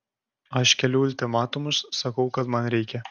aš keliu ultimatumus sakau kad man reikia